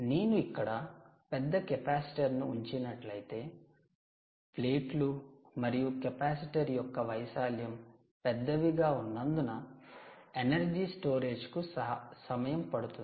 నేను ఇక్కడ పెద్ద కెపాసిటర్ ను ఉంచినట్లయితే ప్లేట్లు మరియు కెపాసిటర్ యొక్క వైశాల్యం పెద్దవిగా ఉన్నందున ఎనర్జీ స్టోరేజ్ కు సమయం పడుతుంది